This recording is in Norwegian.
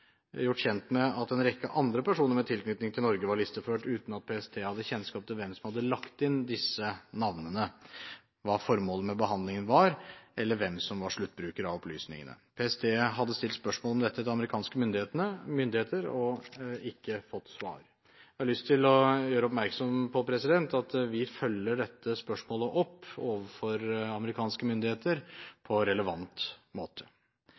gjort kjent med at en rekke andre personer med tilknytning til Norge var listeført, uten at PST hadde kjennskap til hvem som hadde lagt inn disse navnene, hva formålet med behandlingen var, eller hvem som var sluttbruker av opplysningene. PST hadde stilt spørsmål om dette til amerikanske myndigheter og ikke fått svar. Jeg har lyst til å gjøre oppmerksom på at vi følger opp dette spørsmålet overfor amerikanske myndigheter på relevant måte.